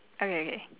okay okay